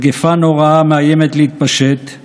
/ מגפה נוראה מאיימת להתפשטף